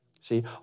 See